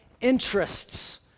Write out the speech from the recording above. interests